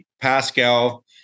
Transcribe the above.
Pascal